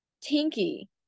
Tinky